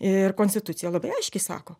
ir konstitucija labai aiškiai sako